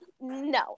No